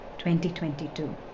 2022